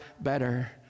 better